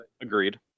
agreed